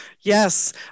Yes